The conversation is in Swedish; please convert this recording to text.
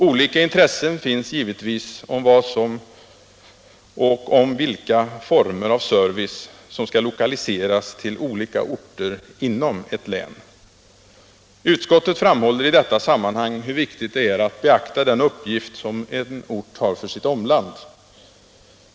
Olika intressen finns givetvis för vad och för vilka former av service som skall lokaliseras till olika orter inom ett län. Utskottet framhåller i detta sammanhang hur viktigt det är att beakta den uppgift som en ort har för sitt omland.